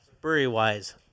Brewery-wise